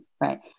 right